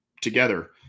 together